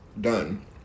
done